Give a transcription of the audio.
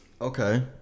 Okay